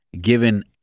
given